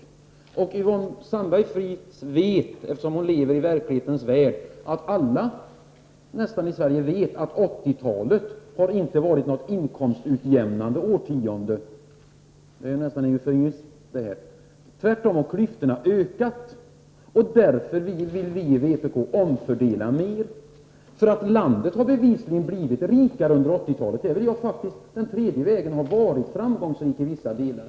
Yvonne Sandberg-Fries vet, eftersom hon lever i verklighetens värld, liksom nästan alla andra i Sverige, att 80-talet inte har varit något inkomstutjämnande årtionde. Tvärtom har klyftorna ökat, och vi vill därför i vpk omfördela mer. Landet har bevisligen blivit rikare under 80-talet. Den tredje vägen har varit framgångsrik i vissa delar.